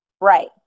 Right